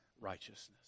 righteousness